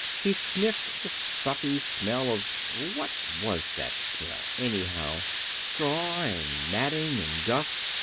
he sniffed the stuffy smell of what was that smell, anyhow straw, and matting, and dust,